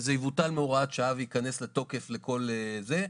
שזה יבוטל מהוראת שעה וייכנס לתוקף לכל זה,